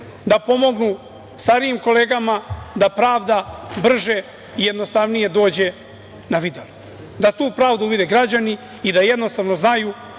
da pomognu starijim kolegama da pravda brže i jednostavnije dođe na videlo, da tu pravdu vide građani i da jednostavno znaju